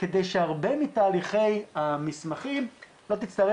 כדי שהרבה מתהליכי המסמכים לא תצטרך